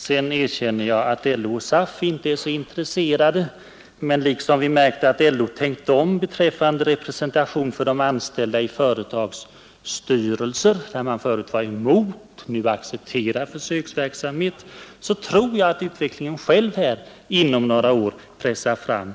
Sedan erkänner jag att LO och SAF inte är intresserade, men liksom vi märkt att LO tänkt om beträffande representation för de anställda i företags styrelser — man var förut emot men accepterar nu försöksverksamhet — tror jag att utvecklingen själv inom några år pressar fram